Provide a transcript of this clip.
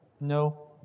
No